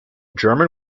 german